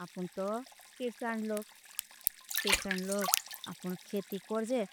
अपनतो किर्षन लोग किर्षन लोग अपन खेती कर जे